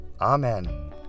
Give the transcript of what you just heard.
Amen